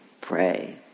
pray